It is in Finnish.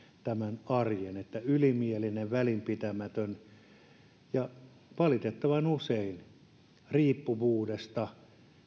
tämän arjen kun ylimielinen välinpitämätön henkilö tekee tämän valitettavan usein kyse on riippuvuudesta